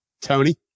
Tony